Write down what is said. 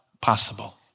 possible